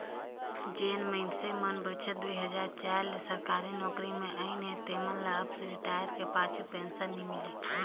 जेन मइनसे मन बछर दुई हजार चार ले सरकारी नउकरी में अइन अहें तेमन ल अब रिटायर कर पाछू पेंसन नी मिले